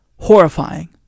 horrifying